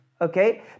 okay